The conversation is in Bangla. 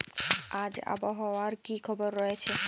আজ আবহাওয়ার কি খবর রয়েছে?